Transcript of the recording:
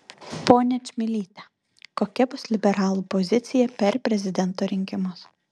ponia čmilyte kokia bus liberalų pozicija per prezidento rinkimus